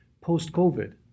post-COVID